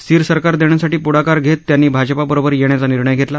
स्थिर सरकार देण्यासाठी पुढाकार घेत त्यांनी भाजपाबरोबर येण्याचा निर्णय घेतला